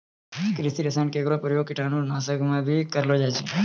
कृषि रसायन केरो प्रयोग कीटाणु नाशक म भी करलो जाय छै